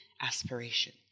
aspiration